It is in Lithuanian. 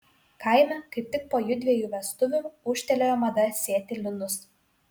kaime kaip tik po jųdviejų vestuvių ūžtelėjo mada sėti linus